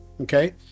Okay